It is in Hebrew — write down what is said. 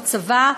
בצבא,